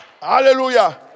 Hallelujah